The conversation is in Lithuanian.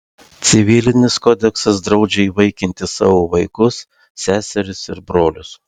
civilinis kodeksas draudžia įvaikinti savo vaikus seserys ir brolius